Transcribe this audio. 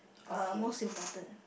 uh most important